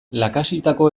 lakaxitako